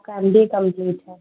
का M B A complete है